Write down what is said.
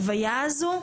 נוגעים בחוויה הזו,